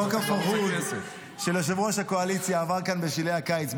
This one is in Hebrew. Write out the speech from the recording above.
חוק הפרהוד של יושב-ראש הקואליציה עבר כאן בשלהי הקיץ.